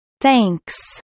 Thanks